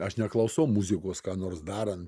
aš neklausau muzikos ką nors darant